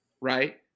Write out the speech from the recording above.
right